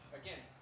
again